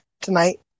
tonight